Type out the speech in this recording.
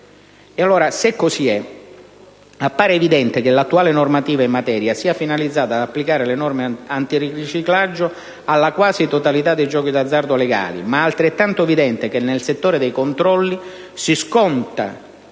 Appare evidente come l'attuale normativa in materia sia finalizzata ad applicare le norme antiriciclaggio alla quasi totalità dei giochi d'azzardo legali, ma è altrettanto evidente che nel settore dei controlli si sconta